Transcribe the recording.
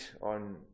on